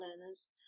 learners